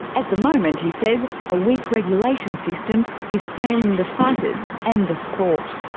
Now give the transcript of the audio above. at the moment, he says, a weak regulation system is failing the fighters and the sport.